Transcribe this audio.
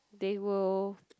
they will